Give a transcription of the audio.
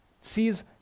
sees